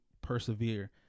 persevere